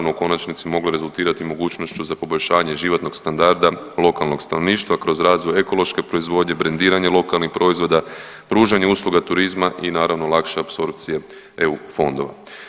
konačnici moglo rezultirati i mogućnošću za poboljšanje životnog standarda lokalnog stanovništva kroz razvoj ekološke proizvodnje, brendiranje lokalnih proizvoda, pružanje usluga turizma i naravno lakše apsorpcije EU fondova.